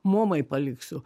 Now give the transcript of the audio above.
momai paliksiu